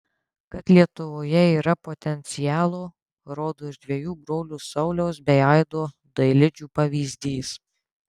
kad lietuvoje yra potencialo rodo ir dviejų brolių sauliaus bei aido dailidžių pavyzdys